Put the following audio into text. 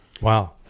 Wow